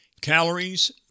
calories